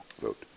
vote